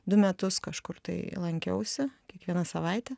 du metus kažkur tai lankiausi kiekvieną savaitę